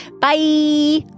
Bye